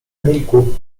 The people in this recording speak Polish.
emilku